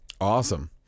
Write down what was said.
Awesome